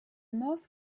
most